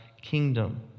kingdom